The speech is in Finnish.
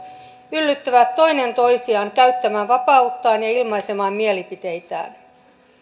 yllyttävät toinen toisiaan käyttämään vapauttaan ja ilmaisemaan mielipiteitään